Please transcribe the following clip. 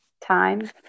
time